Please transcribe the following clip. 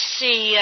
see